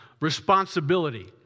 responsibility